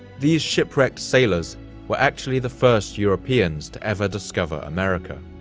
these shipwrecked sailors were actually the first europeans to ever discover america,